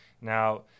Now